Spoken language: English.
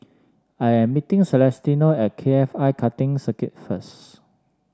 I am meeting Celestino at K F I Karting Circuit first